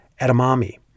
edamame